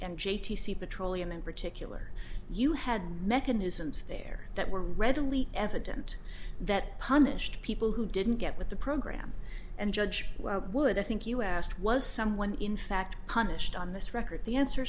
and petroleum in particular you had mechanisms there that were readily evident that punished people who didn't get with the program and judge would i think you asked was someone in fact punished on this record the answer